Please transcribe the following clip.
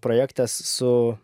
projektas su